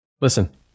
Listen